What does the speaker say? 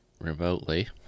remotely